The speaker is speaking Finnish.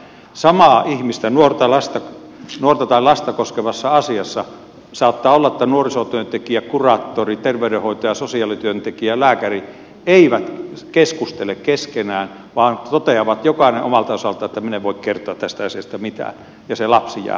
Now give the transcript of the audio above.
samaa ihmistä nuorta tai lasta koskevassa asiassa saattaa olla että nuorisotyöntekijä kuraattori terveydenhoitaja sosiaalityöntekijä lääkäri eivät keskustele keskenään vaan toteavat jokainen omalta osaltaan että minä en voi kertoa tästä asiasta mitään ja se lapsi jää hoitamatta